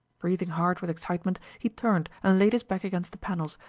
breathing hard with excitement he turned and laid his back against the panels,